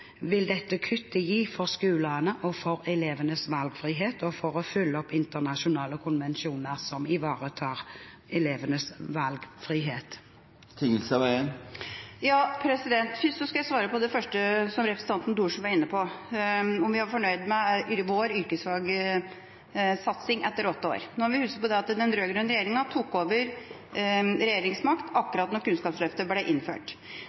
vil dette kuttet få for skolene, for elevenes valgfrihet og for å følge opp internasjonale konvensjoner som ivaretar elevenes valgfrihet? Først skal jeg svare på det første som representanten Thorsen var inne på – om vi var fornøyd med vår yrkesfagsatsing etter åtte år. Vi må huske på at den rød-grønne regjeringa tok over regjeringsmakten akkurat da Kunnskapsløftet ble innført,